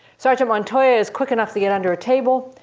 sergeant montoya is quick enough to get under a table.